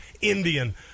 Indian